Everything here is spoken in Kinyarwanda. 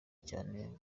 cyane